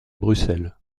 bruxelles